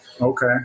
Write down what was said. okay